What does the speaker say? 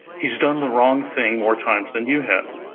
he's done the wrong thing more times than you have,